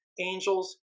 Angels